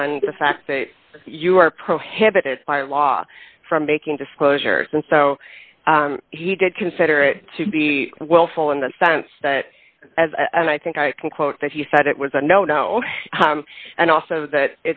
on the fact that you are prohibited by law from making disclosures and so he did consider it to be willful in the sense that as i think i can quote that you said it was a no no and also that